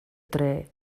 dref